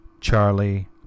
Charlie